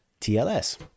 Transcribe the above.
tls